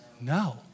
No